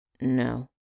No